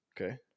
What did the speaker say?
Okay